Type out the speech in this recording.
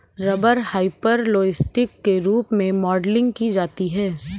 rubber hyperelastic के रूप में मॉडलिंग की जाती है